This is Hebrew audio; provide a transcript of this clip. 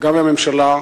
וגם מהממשלה,